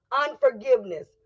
unforgiveness